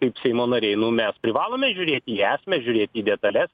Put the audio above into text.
kaip seimo nariai nu mes privalome žiūrėti į esmę žiūrėt į detales